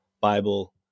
Bible